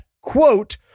quote